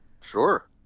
Sure